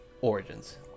Origins